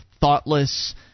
thoughtless